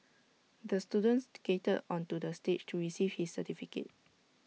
the student skated onto the stage to receive his certificate